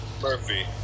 Murphy